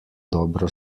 dobro